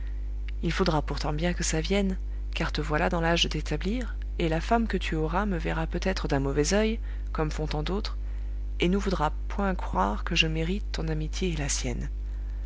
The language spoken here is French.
il faudra pourtant bien que ça vienne car te voilà dans l'âge de t'établir et la femme que tu auras me verra peut-être d'un mauvais oeil comme font tant d'autres et ne voudra point croire que je mérite ton amitié et la sienne